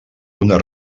una